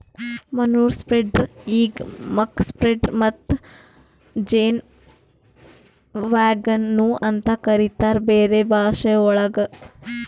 manure spreader ಈಗ್ muck spreader ಮತ್ತ ಜೇನ್ ವ್ಯಾಗನ್ ನು ಅಂತ ಕರಿತಾರ್ ಬೇರೆ ಭಾಷೆವಳಗ್